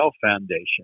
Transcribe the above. Foundation